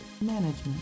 management